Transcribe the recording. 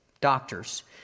Doctors